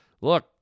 look